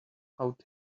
out